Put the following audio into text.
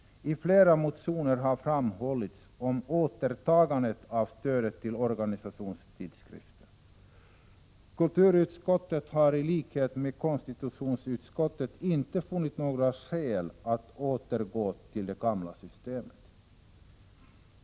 I flera motioner har föreslagits att stödet till organisationstidskrifter skall återinföras. Kulturutskottet har i likhet med konstitutionsutskottet inte funnit några skäl att återgå till det gamla systemet.